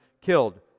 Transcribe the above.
killed